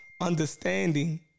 understanding